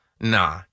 nah